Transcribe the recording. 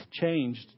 changed